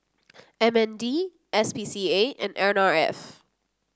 M N D S P C A and N R F